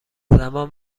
زمان